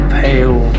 pale